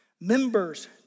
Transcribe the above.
members